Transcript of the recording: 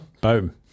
Boom